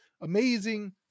amazing